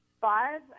five